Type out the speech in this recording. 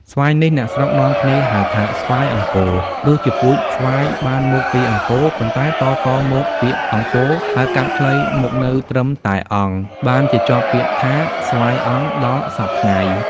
ស្វាយនេះ អ្នកស្រុកនាំគ្នាហៅថា "ស្វាយអង្គរ" ព្រោះជាពូជស្វាយបានមកពីអង្គរ ប៉ុន្តែតៗ មក ពាក្យ "អង្គរ" ហៅកាត់ខ្លីមកនៅត្រឹមតែ "អង្គ" បានជាជាប់ពាក្យថា : "ស្វាយអង្គ" ដល់សព្វថ្ងៃ ។